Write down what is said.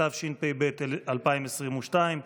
התשפ"ב 2022,